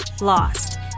lost